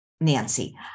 Nancy